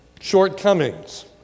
shortcomings